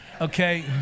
okay